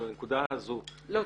אבל הנקודה הזו --- לא,